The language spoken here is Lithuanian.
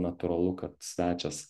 natūralu kad svečias